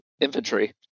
infantry